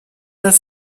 dass